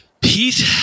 Pete